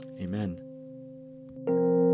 Amen